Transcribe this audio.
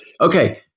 Okay